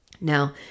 Now